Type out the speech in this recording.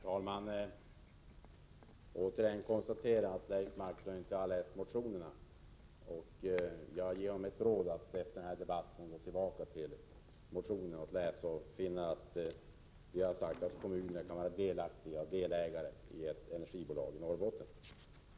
Herr talman! Jag konstaterar återigen att Leif Marklund inte har läst motionerna. Jag vill ge honom rådet att efter denna debatt gå tillbaka till motionerna och läsa dem. Han skall då finna att centerpartiet där har sagt att kommuner kan vara delägare i ett energibolag i Norrbotten.